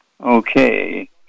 Okay